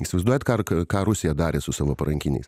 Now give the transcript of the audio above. įsivaizduojat ką ką rusija darė su savo parankiniais